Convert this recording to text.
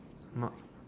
ma~